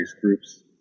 groups